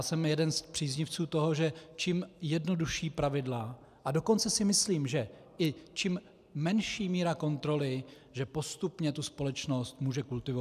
Jsem jeden z příznivců toho, že čím jednodušší pravidla, a dokonce si myslím, že i čím menší míra kontroly, že postupně společnost může kultivovat.